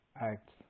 acts